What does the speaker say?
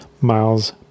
miles